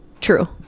true